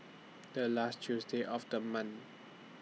The last Tuesday of The month